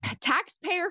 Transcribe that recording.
taxpayer